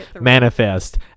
Manifest